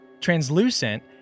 translucent